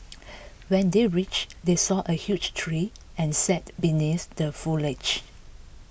when they reached they saw a huge tree and sat beneath the foliage